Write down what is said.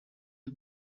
him